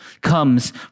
comes